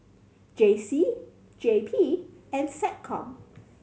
J C J P and SecCom